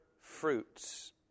fruits